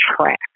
track